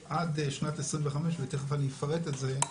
עד שנת 2025 ותיכף אני אפרט את זה,